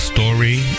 Story